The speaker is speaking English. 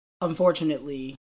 unfortunately